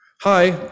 Hi